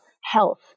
health